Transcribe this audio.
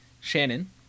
Shannon